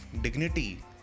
dignity